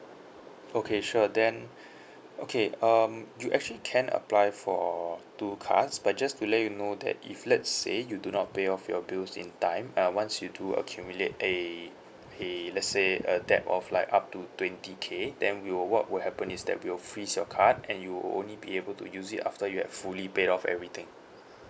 okay sure then okay um you actually can apply for two cards but just to let you know that if let's say you do not pay off your bills in time uh once you do accumulate a a let's say a debt of like up to twenty K then we will what will happen is that we will freeze your card and you only be able to use it after you have fully paid off everything